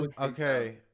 Okay